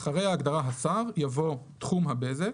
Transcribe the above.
(13) "אחרי ההגדרה "השר" יבוא: "תחום הבזק"